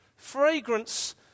Fragrance